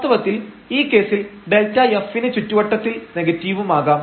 വാസ്തവത്തിൽ ഈ കേസിൽ Δf ന് ചുറ്റുവട്ടത്തിൽ നെഗറ്റീവുമാകാം